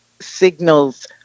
signals